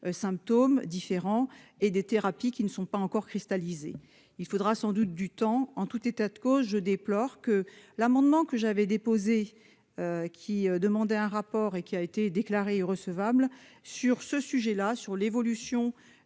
symptômes différents et des thérapies qui ne sont pas encore cristallisées, il faudra sans doute du temps en tout état de cause, je déplore que l'amendement que j'avais déposé qui demandait un rapport et qui a été déclarée recevable sur ce sujet-là sur l'évolution